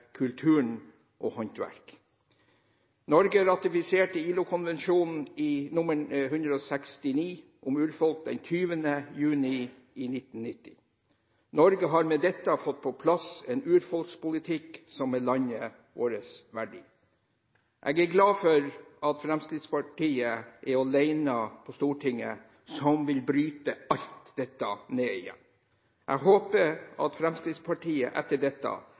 kulturen og håndverket. Norge ratifiserte ILO-konvensjonen nr. 169 om urfolk den 20. juni 1990. Norge har med dette fått på plass en urfolkpolitikk som er landet vårt verdig. Jeg er glad for at Fremskrittspartiet er alene på Stortinget om å ville bryte alt dette ned igjen. Jeg håper at Fremskrittspartiet etter dette